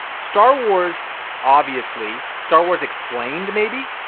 star wars obviously, star wars explained maybe,